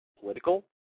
Political